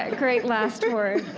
ah great last word